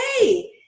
hey